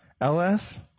LS